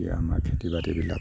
তেতিয়া আমাৰ খেতি বাতিবিলাক